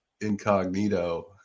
incognito